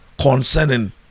concerning